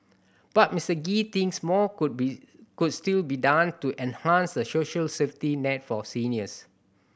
but Mister Gee thinks more could be could still be done to enhance the social safety net for seniors